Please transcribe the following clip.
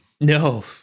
No